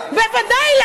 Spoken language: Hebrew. בוודאי.